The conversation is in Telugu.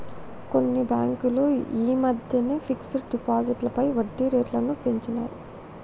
కొన్ని బ్యేంకులు యీ మద్దెనే ఫిక్స్డ్ డిపాజిట్లపై వడ్డీరేట్లను పెంచినియ్